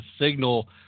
signal